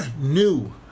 new